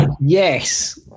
Yes